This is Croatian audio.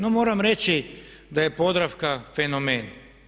No moram reći da je Podravka fenomen.